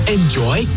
Enjoy